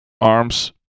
arms